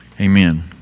amen